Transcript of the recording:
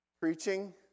preaching